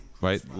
right